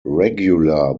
regular